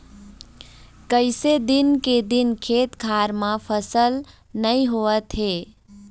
कइसे दिन के दिन खेत खार म फसल नइ होवत हे